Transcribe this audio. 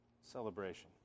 Celebration